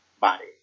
body